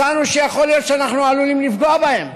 מצאנו שיכול להיות שאנחנו עלולים לפגוע בהם.